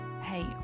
Hey